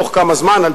בתוך זמן מה,